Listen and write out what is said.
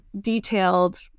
detailed